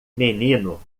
menino